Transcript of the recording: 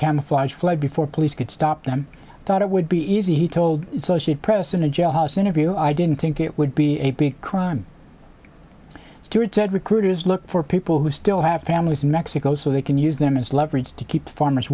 camouflage fled before police could stop them i thought it would be easy he told it so she'd press in a jailhouse interview i didn't think it would be a big crime stewart said recruiters look for people who still have families in mexico so they can use them as leverage to keep the farmers